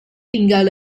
tinggal